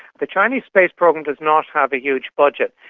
the chinese space program does not have a huge budget,